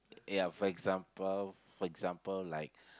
ya for example for example like